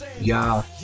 y'all